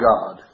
God